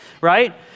right